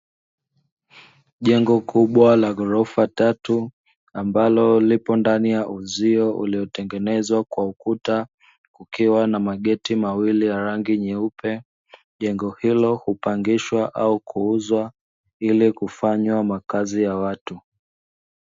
Jengo kubwa la ghorofa tatu ambalo lipo ndani ya uzio uliotengenezwa kwa ukuta, kukiwa na mageti mawili ya rangi nyeupe. Jengo hilo hupangishwa au kuuzwa ili kufanywa makazi ya watu.